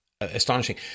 Astonishing